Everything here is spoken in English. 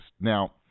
Now